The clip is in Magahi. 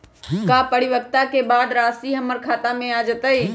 का परिपक्वता के बाद राशि हमर खाता में आ जतई?